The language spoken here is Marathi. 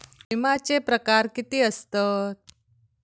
विमाचे प्रकार किती असतत?